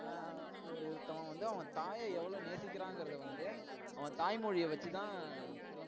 ஒருத்தன் வந்து அவன் தாயை எவ்வளோ நேசிக்கிறாங்கிறது வந்து அவன் தாய்மொழியை வச்சு தான் சொல்ல முடியும்